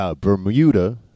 Bermuda